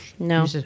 No